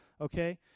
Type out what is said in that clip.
okay